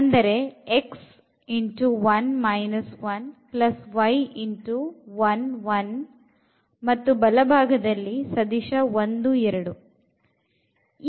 ಅಂದರೆ x1 1 y1 1 ಮತ್ತು ಬಲಭಾಗದಲ್ಲಿ ಸದಿಶ1 2